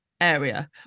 area